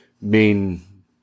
main